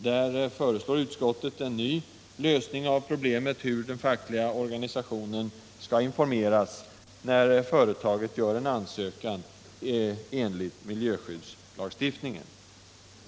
Utskottet föreslår en ny lösning på problemet hur den fackliga organisationen skall informeras när företaget gör en ansökan enligt miljöskyddslagstiftningen.